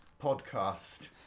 podcast